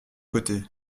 côté